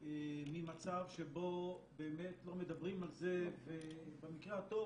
ממצב שבו באמת כבר מדברים על זה ובמקרה הטוב